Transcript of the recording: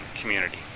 community